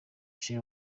sheri